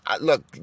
Look